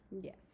Yes